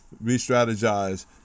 re-strategize